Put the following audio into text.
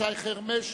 שי חרמש,